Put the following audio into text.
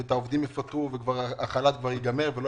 גם את העובדים יפטרו והחל"ת יגמר ולא